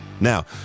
Now